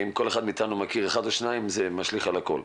אם כל אחד מאתנו מכיר אחד או שניים זה משליך על הכל.